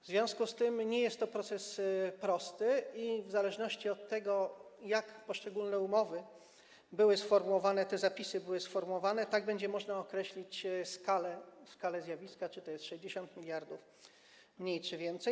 W związku z tym nie jest to proces prosty i w zależności od tego, jak poszczególne umowy były sformułowane, te zapisy były sformułowane, tak będzie można określić skalę zjawiska, to, czy to jest 60 mld czy mniej, czy więcej.